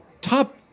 top